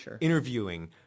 interviewing